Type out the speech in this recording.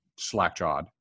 slackjawed